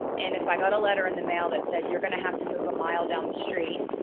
and if i got a letter in the mail that said you're gonna have to move a mile down the street,